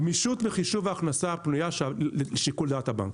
גמישות בחישוב ההכנסה הפנויה שבשיקול דעת הבנק.